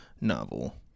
novel